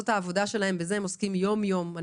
זאת העבודה שלהם ובזה הם עוסקים יום יום.